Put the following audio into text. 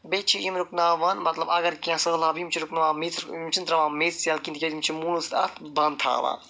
بیٚیہِ چھِ یِم رُکناوان مطلب اگر کینٛہہ سہلاب یِم چھِ رُکناوان میٚژِ یِم چھِنہٕ ترٛاوان میٚژِ یَلہٕ کِہیٖنۍ تِکیازِ یِم چھِ موٗلَس سۭتۍ اَتھ بند تھاوان